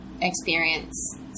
experience